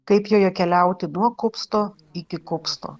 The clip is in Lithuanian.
kaip joje keliauti nuo kupsto iki kupsto